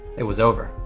it was over,